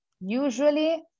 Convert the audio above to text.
Usually